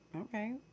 Okay